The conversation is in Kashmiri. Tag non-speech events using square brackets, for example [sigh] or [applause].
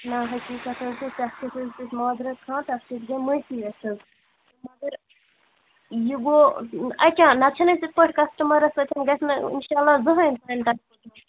نہَ حظ تیٖژاہ حظ چھِنہٕ کَتھٕے [unintelligible] مازرَتھ خاہ تَتھ گٔے معٲفی اَسہِ حظ مگر یہِ گوٚو اچانٛک نَتہٕ چھِنہٕ اَسہِ تِتھٕ پٲٹھۍ کَسٹٕمَرَس سۭتۍ گژھِ نہٕ اِنشاءاللہ زٔہٕنٛے تہِ نہٕ [unintelligible]